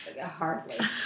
hardly